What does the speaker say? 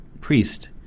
priest